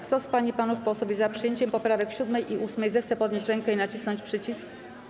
Kto z pań i panów posłów jest za przyjęciem poprawek 7. i 8., zechce podnieść rękę i nacisnąć przycisk.